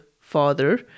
father